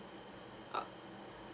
ah